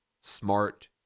smart